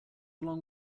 long